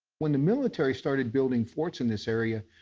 when the military started building forts in this area,